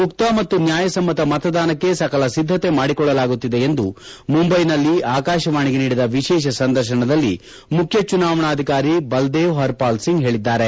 ಮುಕ್ತ ಮತ್ತು ನ್ಯಾಯಸಮ್ತ ಮತದಾನಕ್ಕೆ ಸಕಲ ಸಿದ್ದತೆ ಮಾಡಿಕೊಳ್ಳಲಾಗುತ್ತಿದೆ ಎಂದು ಮುಂಬೈನಲ್ಲಿ ಆಕಾಶವಾಣಿಗೆ ನೀಡಿದ ವಿಶೇಷ ಸಂದರ್ಶನಲ್ಲಿ ಮುಖ್ಯ ಚುನಾವಣಾಧಿಕಾರಿ ಬಲ್ಲೇವ್ ಹರ್ಪಾಲ್ ಸಿಂಗ್ ಹೇಳಿದ್ದಾರೆ